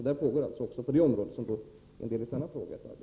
Också på detta område pågår således en del arbete.